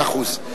מאה אחוז.